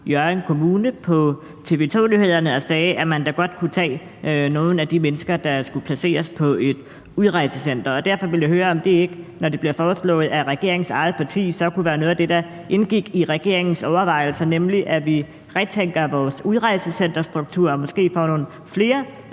på TV 2 Nyhederne og sagde, at man da godt kunne tage nogle af de mennesker, der skulle placeres på et udrejsecenter. Derfor vil jeg høre, om det ikke, når det bliver foreslået af regeringens eget parti, så kunne være noget af det, der indgik i regeringens overvejelser, nemlig at vi gentænker vores udrejsecenterstruktur og måske får nogle flere